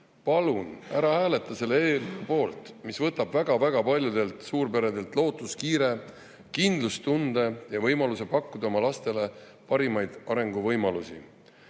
palun ära hääleta selle eelnõu poolt, mis võtab väga-väga paljudelt suurperedelt lootuskiire, kindlustunde ja võimaluse pakkuda oma lastele parimaid arenguvõimalusi.